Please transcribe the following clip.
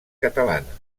catalanes